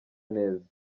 neza